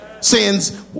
Sins